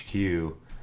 hq